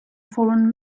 fallen